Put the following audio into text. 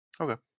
Okay